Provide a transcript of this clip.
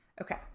Okay